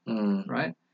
right